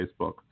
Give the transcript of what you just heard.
Facebook